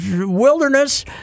wilderness